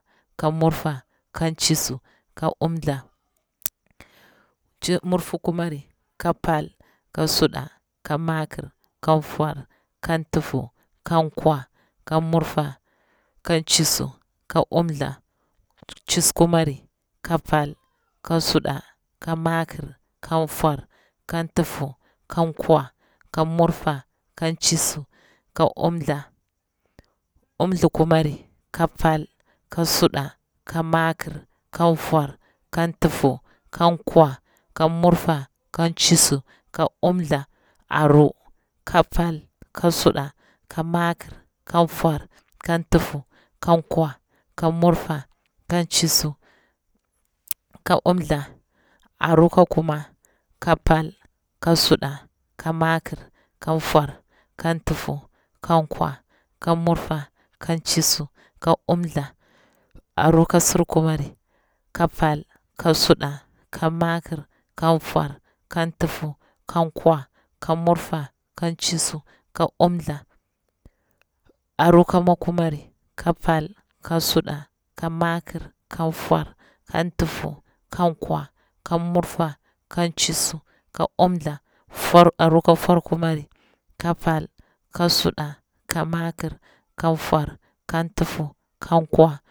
Kamurfa, kancisu, ka umtha, murfu kumari, ka pal, ka suɗa, ka makir, kan nfor, kan ntufu, kan nkwa, ka murfa, kan ncisu ka umthla, nciskumari, ka pal, ka suɗa, ka makir, kan nfor, kan ntufu, kan nkwa, kan murfa, kan ncisu, ka umthla, umthu kumari, ka pal, ka suɗa, ka makir, kan nfor, kan ntufu, kan nkwa, kan murfa, kan ncisu, ka umthla, aru, ka pal, ka suɗa, ka makir, kan nfor, kan ntufu, kan nkwa, kan murfa, kan ncisu, ka umthla, aru ka kuma, ka pal, ka suɗa, ka makir, kan nfor, kan ntufu, kan nkwa, kan murfa, kan ncisu, ka umthla, aru ka surkumari, ka pal, ka suɗa, ka makir, kan nfor, kan ntufu, kan nkwa, kan murfa, kan ncisu, ka umthla, aru ka makkumari, ka pal, ka suɗa, ka makir, kan nfor, kan ntufu, kan nkwa, kan murfa, kan ncisu, ka umthla, nfor aru kan nforkumari, ka pal, ka suɗa, ka makir, kan nfor, kan ntufu, kan nkwa.